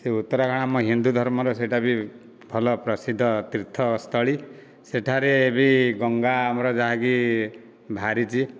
ଏ ଉତ୍ତରାଖଣ୍ଡ ଆମ ହିନ୍ଦୁ ଧର୍ମର ସେଇଟା ବି ଭଲ ପ୍ରସିଦ୍ଧ ତୀର୍ଥସ୍ଥଳୀ ସେଠାରେ ବି ଗଙ୍ଗା ଆମର ଯାହାକି ବାହାରିଛି